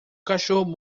cachorro